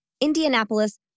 Indianapolis